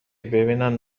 ببینن